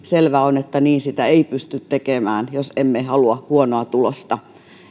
selvää on että niin sitä ei pysty tekemään jos emme halua huonoa tulosta